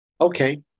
Okay